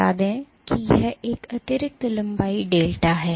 बता दें कि यह अतिरिक्त लंबाई डेल्टा है